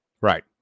Right